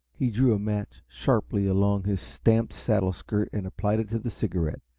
he drew a match sharply along his stamped saddle-skirt and applied it to the cigarette,